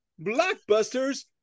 blockbusters